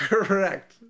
Correct